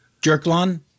jerklon